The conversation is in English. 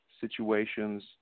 situations